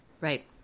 Right